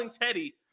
Teddy